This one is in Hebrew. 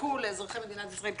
יחולקו לאזרחי מדינת ישראל,